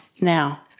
now